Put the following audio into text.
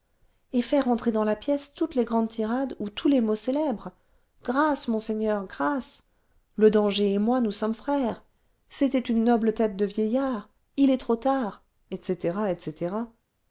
et faire entrer dans la pièce toutes les grandes tirades ou tous les mots célèbres grâce monseigneur grâce le danger et moi nous sommes frères c'était une noble tête de vieillard h est trop tard etc etc